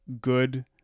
good